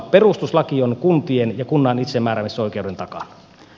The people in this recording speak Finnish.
perustuslaki on kuntien ja kunnan itsemääräämisoi keuden takana